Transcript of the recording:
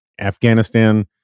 Afghanistan